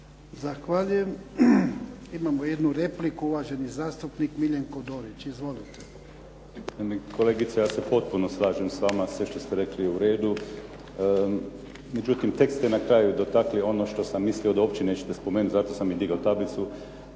Zahvaljujem. Imamo jednu repliku. Uvaženi zastupnik Miljenko Dorić. Izvolite. **Dorić, Miljenko (HNS)** Kolegice ja se potpuno slažem s vama, sve što ste rekli sve je uredu. Međutim, tek ste na kraju dotaknuli ono što sam mislio da nećete spomenuti, zato sam i digao tablicu.